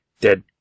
dead